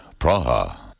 Praha